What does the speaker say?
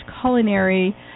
culinary